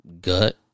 Gut